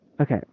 Okay